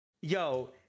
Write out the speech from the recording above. Yo